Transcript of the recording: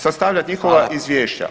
sastavljati njihova izvješća.